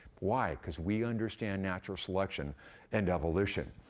why? cause we understand natural selection and evolution.